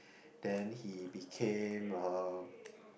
then he became uh